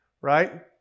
right